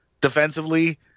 defensively